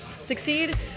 succeed